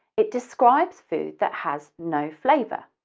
it describes food that has no flavour.